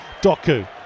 Doku